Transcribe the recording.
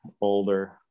older